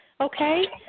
okay